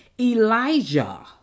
Elijah